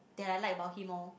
that I like about him lor